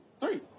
three